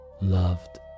loved